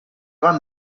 van